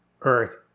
Earth